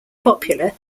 popular